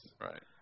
Right